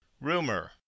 Rumor